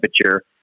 temperature